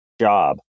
job